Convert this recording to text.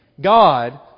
God